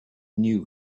knew